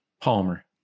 Palmer